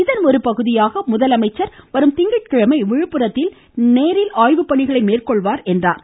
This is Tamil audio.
இதன் ஒருபகுதியாக முதலமைச்சர் வரும் திங்கட்கிழமை விழுப்புரத்தில் நேரில் ஆய்வுப்பணிகளை மேற்கொள்வார் என்றும் குறிப்பிட்டார்